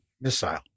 missile